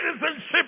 citizenship